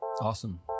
awesome